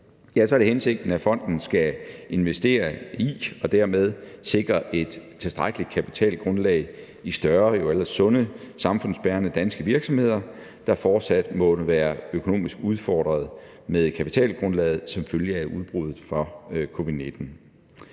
er det hensigten, at fonden skal investere i og dermed sikre et tilstrækkeligt kapitalgrundlag i større og jo ellers sunde samfundsbærende danske virksomheder, der fortsat måtte være økonomisk udfordret med kapitalgrundlaget som følge af udbruddet af covid-19.